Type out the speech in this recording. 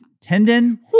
tendon